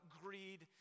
greed